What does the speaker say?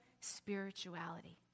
spirituality